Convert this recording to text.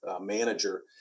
manager